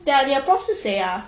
得下你的 prof 是谁 ah